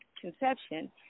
conception